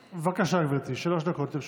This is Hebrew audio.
בבקשה, גברתי, שלוש דקות לרשותך.